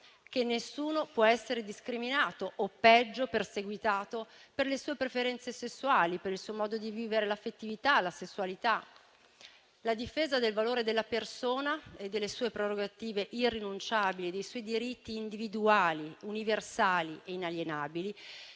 che nessuno può essere discriminato o peggio perseguitato per le sue preferenze sessuali, per il suo modo di vivere l'affettività e la sessualità. La difesa del valore della persona, delle sue prerogative irrinunciabili e dei suoi diritti individuali universali e inalienabili